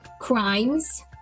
crimes